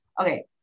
okay